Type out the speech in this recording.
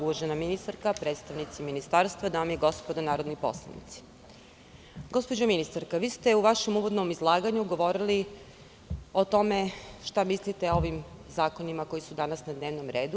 Uvažena ministarska, predstavnici ministarstva, dame i gospodo narodni poslanici, vi ste u vešem uvodnom izlaganju govorili o tome šta mislite o ovim zakonima koji su danas na dnevnom redu.